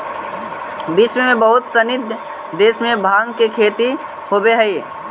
विश्व के बहुत सनी देश में भाँग के खेती होवऽ हइ